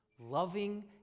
Loving